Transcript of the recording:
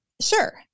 Sure